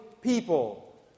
people